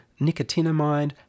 nicotinamide